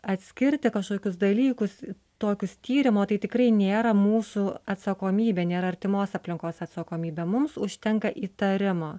atskirti kažkokius dalykus tokius tyrimo tai tikrai nėra mūsų atsakomybė nėra artimos aplinkos atsakomybė mums užtenka įtarimo